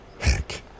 Heck